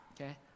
okay